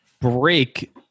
Break